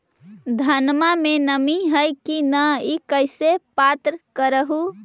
धनमा मे नमी है की न ई कैसे पात्र कर हू?